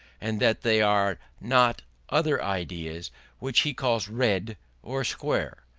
and that they are not other ideas which he calls red or square.